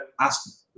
ask